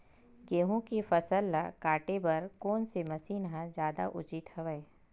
गेहूं के फसल ल काटे बर कोन से मशीन ह जादा उचित हवय?